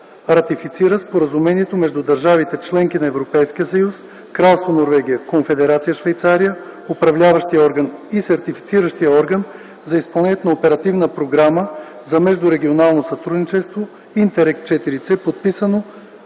Ратифицира Споразумението между държавите – членки на Европейския съюз, Кралство Норвегия, Конфедерация Швейцария, Управляващия орган и Сертифициращия орган за изпълнението на Оперативна програма за междурегионално сътрудничество „ИНТЕРРЕГ ІVС”, подписано